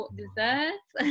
desserts